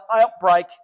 outbreak